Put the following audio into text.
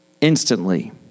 instantly